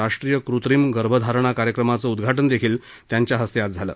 राष्ट्रीय कृत्रिम गर्भधारणा कार्यक्रमाचं उद्घाटन देखील मोदींच्या हस्ते झालं